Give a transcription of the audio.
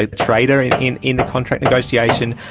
the the trader and in in the contract negotiation,